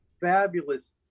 fabulous